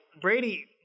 Brady